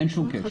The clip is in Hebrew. אין שום קשר.